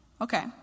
Okay